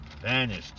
vanished